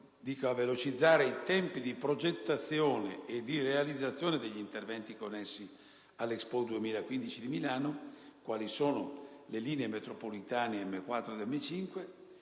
a velocizzare i tempi di progettazione e di realizzazione degli interventi connessi all'Expo 2015 di Milano, quali le linee metropolitane M4 e M5,